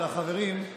אליהם, אלון.